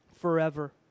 forever